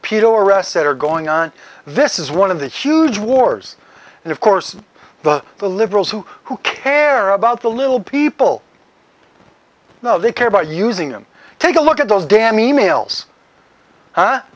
o arrests that are going on this is one of the huge wars and of course the the liberals who who care about the little people know they care about using them take a look at those damn e mails